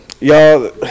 y'all